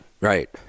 Right